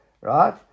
Right